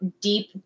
deep